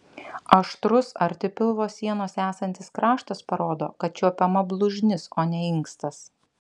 aštrus arti pilvo sienos esantis kraštas parodo kad čiuopiama blužnis o ne inkstas